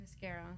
mascara